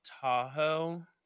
Tahoe